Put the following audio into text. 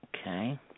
Okay